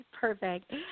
Perfect